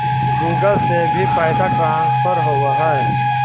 Google से भी पैसा ट्रांसफर होवहै?